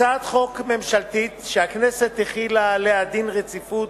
הצעת חוק ממשלתית שהכנסת החילה עליה דין רציפות.